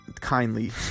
kindly